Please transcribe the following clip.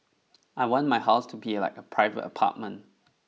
I want my house to be like a private apartment